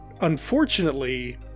unfortunately